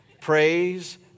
praise